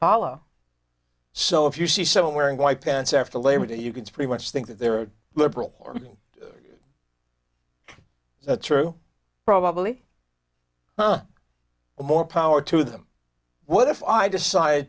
follow so if you see someone wearing white pants after labor day you can pretty much think that there are liberal or true probably more power to them what if i decide